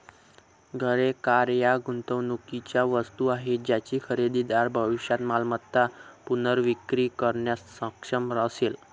घरे, कार या गुंतवणुकीच्या वस्तू आहेत ज्याची खरेदीदार भविष्यात मालमत्ता पुनर्विक्री करण्यास सक्षम असेल